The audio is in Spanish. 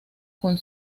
con